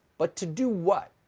but to do what?